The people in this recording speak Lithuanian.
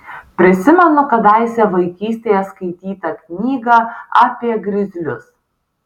prisimenu kadaise vaikystėje skaitytą knygą apie grizlius